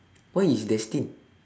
what is destined